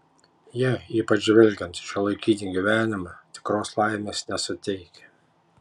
jie ypač žvelgiant į šiuolaikinį gyvenimą tikros laimės nesuteikia